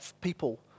people